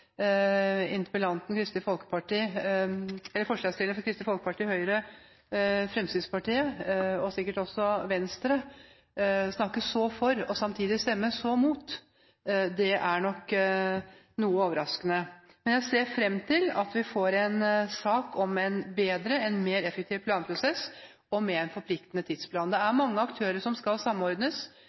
Kristelig Folkeparti, av Høyre og av Fremskrittspartiet – og sikkert også støttet av Venstre – og samtidig stemme imot, er nok noe overraskende. Jeg ser fram til at vi får en sak om en bedre og mer effektiv planprosess og med en forpliktende tidsplan. Det er mange aktører som skal samordnes